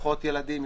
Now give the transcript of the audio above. פחות ילדים,